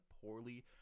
poorly